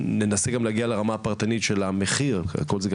ננסה גם להגיע לרמה הפרטנית של המחיר כי הכל זה גם